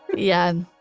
yeah.